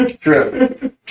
True